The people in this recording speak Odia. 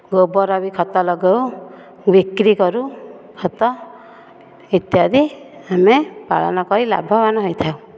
ଗୋବର ବି ଖତ ଲଗାଉ ବିକ୍ରି କରୁ ଖତ ଇତ୍ୟାଦି ଆମେ ପାଳନ କରି ଲାଭବାନ ହୋଇଥାଉ